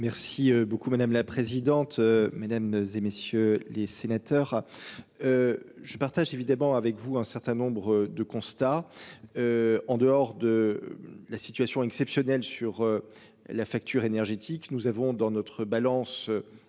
Merci beaucoup madame la présidente, mesdames et messieurs les sénateurs. Je partage évidemment avec vous un certain nombre de constats. En dehors de la situation exceptionnelle sur. La facture énergétique. Nous avons dans notre balance.